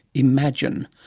imagine.